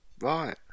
Right